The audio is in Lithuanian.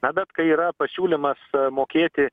na bet kai yra pasiūlymas mokėti